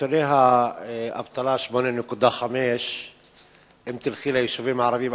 נתוני האבטלה 8.5% אם תלכי ליישובים הערביים,